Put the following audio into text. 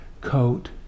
coat